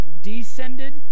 Descended